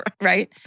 Right